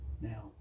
now